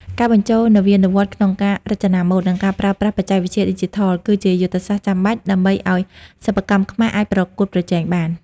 ការបញ្ចូលនវានុវត្តន៍ក្នុងការរចនាម៉ូដ និងការប្រើប្រាស់បច្ចេកវិទ្យាឌីជីថល គឺជាយុទ្ធសាស្ត្រចាំបាច់ដើម្បីឱ្យសិប្បកម្មខ្មែរអាចប្រកួតប្រជែងបាន។